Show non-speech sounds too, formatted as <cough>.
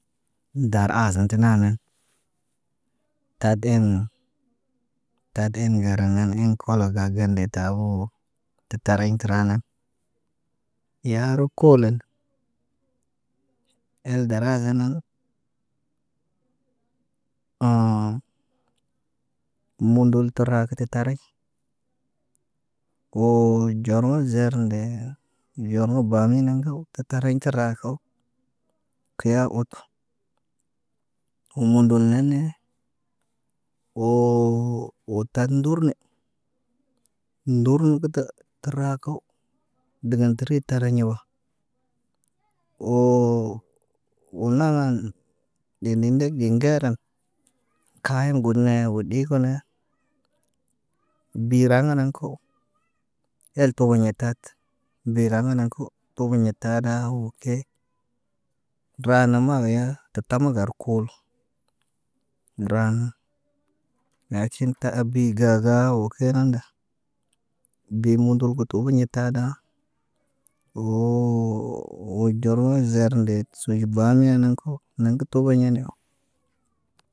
Mu dar aazən tə naanən, taɗ en taɗ en gara ŋgan in kolo gagen de tabowo. Tə tariɲ təranan, yaa rok koolon el darazen nanə oŋg mumbul təra kə tə tariɲ. Woo ɟorŋgo zer ndee yorŋgo baaminiŋg kow, kə tariɲ təra kow. Kiya ut, mundu naane. Woo ɗat ndurne ndurnə kətə təraako. Dəŋgat tə riit tariɲ ɲa wa. Woo, woo naŋga dee deg ŋgeeren. Kaayen got nee, wo ɗi kone biraŋgana ko. El toboɲe tat biraŋgana ko togoɲo tada wo ke. Dəra namaga ya tə tamagar kul. Dəraa, yatin ta abi gaga wo kena nda. Gimondo gə tə ogoɲo taada. Woo <hesitation> doro zer ndet, soy bamiya naŋg ko, naŋg ka togoɲana ko.